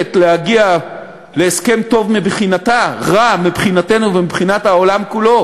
וחותרת להגיע להסכם טוב מבחינתה ורע מבחינתנו ומבחינת העולם כולו,